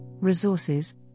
resources